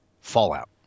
Fallout